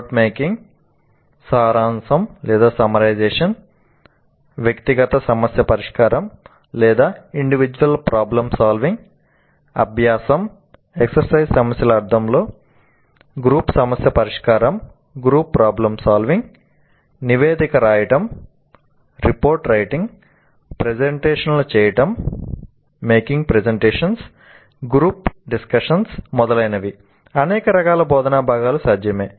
note making సారాంశం వ్యక్తిగత సమస్య పరిష్కారం అభ్యాసం గ్రూప్ సమస్య పరిష్కారం నివేదిక రాయడం ప్రెజెంటేషన్లు చేయడం గ్రూప్ డిస్కషన్స్ మొదలైనవి అనేక రకాల బోధనా భాగాలు సాధ్యమే